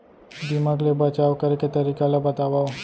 दीमक ले बचाव करे के तरीका ला बतावव?